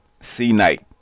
C-Night